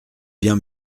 bien